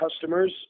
customers